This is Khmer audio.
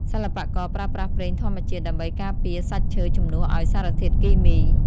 សិល្បករប្រើប្រាស់ប្រេងធម្មជាតិដើម្បីការពារសាច់ឈើជំនួសឱ្យសារធាតុគីមី។